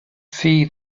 see